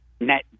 net